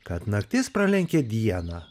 kad naktis pralenkė dieną